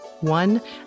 one